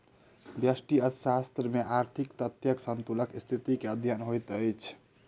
व्यष्टि अर्थशास्त्र में आर्थिक तथ्यक संतुलनक स्थिति के अध्ययन होइत अछि